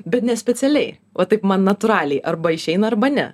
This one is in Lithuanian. bet ne specialiai o taip man natūraliai arba išeina arba ne